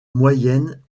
moyennes